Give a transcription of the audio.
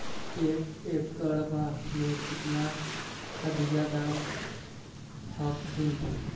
एक एकड़बा मे कितना खदिया डाल हखिन?